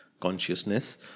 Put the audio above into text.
consciousness